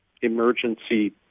emergency